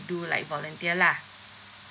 do like volunteer lah